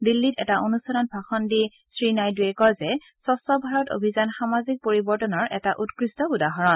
দিল্লীত এটা অনুষ্ঠানত ভাষণ দি ভাষণ দি শ্ৰীনাইডুৱে কয় যে স্বচ্ছ ভাৰত অভিযান সামাজিক পৰিৱৰ্তনৰ এটা উৎকৃষ্ট উদাহৰণ